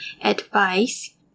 Advice